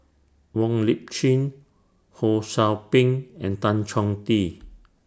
Wong Lip Chin Ho SOU Ping and Tan Chong Tee